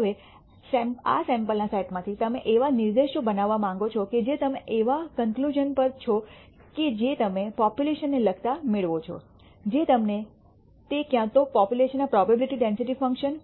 હવે આ સૈમ્પલ ના સેટમાંથી તમે એવા નિર્દેશો બનાવવા માંગો છો કે જે તમે એવા કન્ક્લૂશ઼ન પર છો કે જે તમે પોપ્યુલેશનને લગતા મેળવો છો જે તમને તે ક્યાં તો પોપ્યુલેશનના પ્રોબેબીલીટી ડેન્સિટી ફંકશન